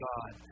God